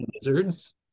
Lizards